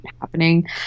happening